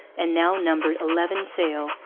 and now numbered eleven sail,